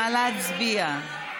נא להצביע.